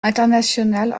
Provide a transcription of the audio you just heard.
international